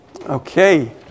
Okay